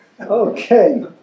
Okay